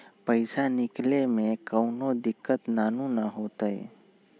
पईसा निकले में कउनो दिक़्क़त नानू न होताई?